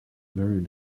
very